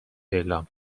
اعلام